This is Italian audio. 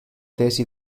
tesi